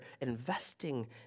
investing